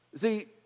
See